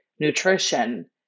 nutrition